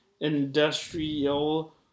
Industrial